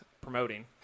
promoting